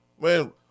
man